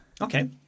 Okay